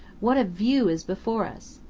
what a view is before us!